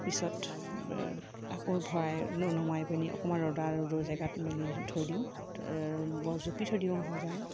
পিছত আকৌ ভৰাই নমাই পিনি অকণমান ৰ'দা ৰ'দৰ জেগাত মেলি থৈ দিওঁ জুপি থৈ দিওঁ সজাই